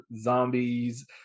zombies